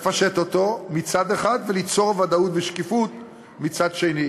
לפשט אותו מצד אחד וליצור ודאות ושקיפות מצד שני.